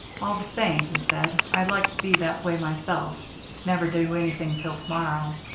all the same, he said, i'd like to be that way myself never do anything till to-morrow.